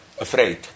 afraid